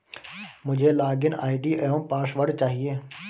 मुझें login ID एवं password चाहिए